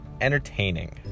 entertaining